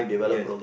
yes